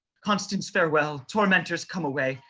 constance farewell, tormentor come away,